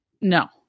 No